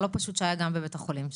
הלא-פשוט שהיה גם בבית החולים שם.